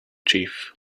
chief